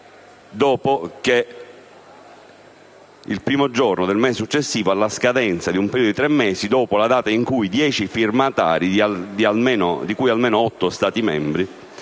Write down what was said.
avverrà il primo giorno del mese successivo alla scadenza di un periodo di tre mesi dopo la data in cui dieci firmatari, di cui almeno otto Stati membri